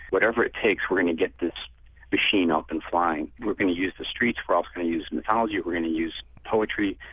whatever it takes, we're going to get this machine up and flying, we're going to use the streets, we're also going to use mythology. we're going to use poetry.